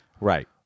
Right